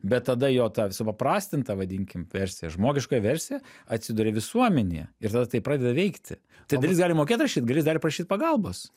bet tada jo ta supaprastinta vadinkim versija žmogiškoji versija atsiduria visuomenėje ir tada tai pradeda veikti tai dalis gali mokėt rašyt dalis gali prašyt pagalbos